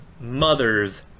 mother's